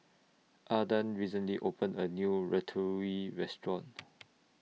Adah recently opened A New Ratatouille Restaurant